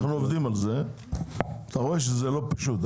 אנחנו עובדים על זה, אתה רואה שזה לא פשוט.